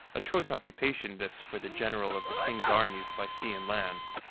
a choice occupation this for the general of the king's armies by sea and land.